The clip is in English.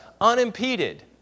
unimpeded